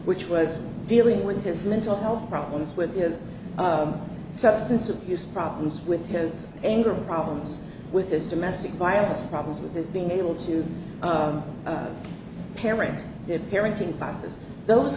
which was dealing with his mental health problems with years substance abuse problems with his anger problems with this domestic violence problems with his being able to parent their parenting classes those